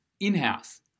in-house